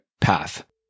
path